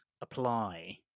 apply